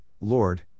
Lord